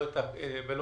לא